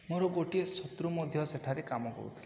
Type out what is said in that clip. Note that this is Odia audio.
ମୋର ଗୋଟିଏ ଶତ୍ରୁ ମଧ୍ୟ ସେଠାରେ କାମ କରୁଥିଲା